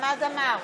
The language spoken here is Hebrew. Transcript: חמד עמאר,